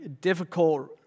difficult